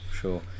sure